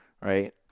right